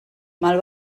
mal